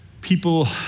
People